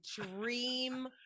dream